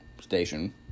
station